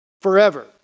forever